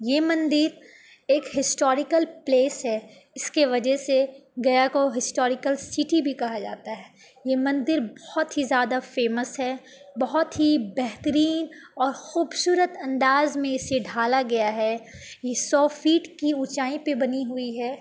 یہ مندر ایک ہسٹوریکل پلیس ہے اس کے وجہ سے گیا کو ہسٹوریکل سٹی بھی کہا جاتا ہے یہ مندر بہت ہی زیادہ فیمس ہے بہت ہی بہترین اور خوبصورت انداز میں اسے ڈھالا گیا ہے یہ سو فیٹ کی اونچائی پہ بنی ہوئی ہے